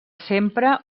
sempre